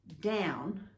down